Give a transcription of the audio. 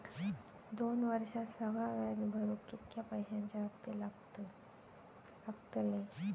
दोन वर्षात सगळा व्याज भरुक कितक्या पैश्यांचे हप्ते लागतले?